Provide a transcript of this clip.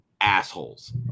assholes